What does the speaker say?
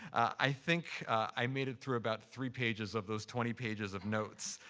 i think i made it through about three pages of those twenty pages of notes.